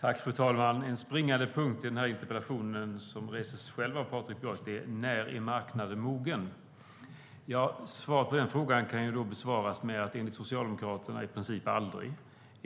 Fru talman! En springande punkt i interpellationen är frågan som väcks av Patrik Björck själv: När är marknaden mogen? Enligt Socialdemokraterna är svaret i princip aldrig.